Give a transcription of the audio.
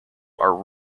are